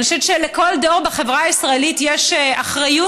אני חושבת שלכל דור בחברה הישראלית יש אחריות